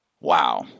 Wow